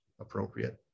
appropriate